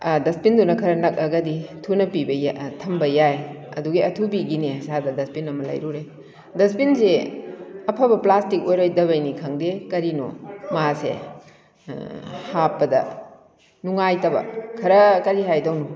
ꯗꯁꯕꯤꯟꯗꯨꯅ ꯈꯔ ꯅꯛꯂꯒꯗꯤ ꯊꯨꯅ ꯄꯤꯕ ꯊꯝꯕ ꯌꯥꯏ ꯑꯗꯨꯒꯤ ꯑꯊꯨꯕꯤꯒꯤꯅꯦ ꯉꯁꯥꯏꯗꯣ ꯗꯁꯕꯤꯟ ꯑꯃ ꯂꯩꯔꯨꯔꯦ ꯗꯁꯕꯤꯟꯁꯤ ꯑꯐꯕ ꯄ꯭ꯂꯥꯁꯇꯤꯛ ꯑꯣꯏꯔꯣꯏꯗꯕꯩꯅꯤ ꯈꯪꯗꯦ ꯀꯔꯤꯅꯣ ꯃꯥꯁꯦ ꯍꯥꯞꯄꯗ ꯅꯨꯡꯉꯥꯏꯇꯕ ꯈꯔ ꯀꯔꯤ ꯍꯥꯏꯗꯧꯅꯣ